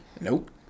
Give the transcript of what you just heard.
Nope